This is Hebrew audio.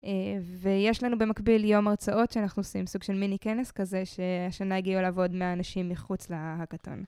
ויש לנו במקביל יום הרצאות שאנחנו עושים סוג של מיני כנס כזה שהשנה הגיעו אליו עוד 100 אנשים מחוץ להאקאתון.